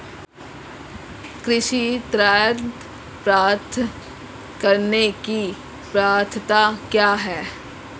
कृषि ऋण प्राप्त करने की पात्रता क्या है?